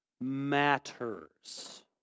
Matters